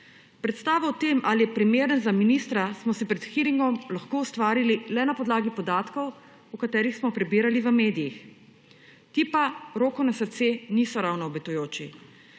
Predstavo o tem, ali je primeren za ministra, smo si pred hearingom lahko ustvarili le na podlagi podatkov, o katerih smo prebirali v medijih. Ti pa, roko na srce, niso ravno obetajoči.